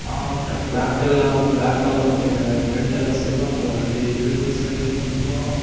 ಬ್ಯಾಕೆಲ್ಲ black colour ಕೊಟ್ಟಿದ್ದಾರೆ ಫ್ರಂಟೆಲ್ಲ silver colour ಇದೆ ಇದರಿಂದ ಸ್ಕ್ರೀನ್ ತುಂಬ